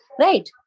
right